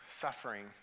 suffering